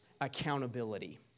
accountability